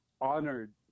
honored